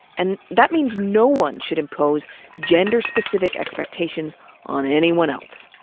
and that means no one should impose gender specific expectations on anyone else.